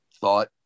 thought